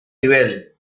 nivel